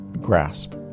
grasp